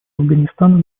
афганистана